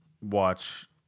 watch